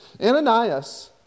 Ananias